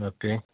okay